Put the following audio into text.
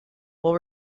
will